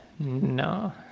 no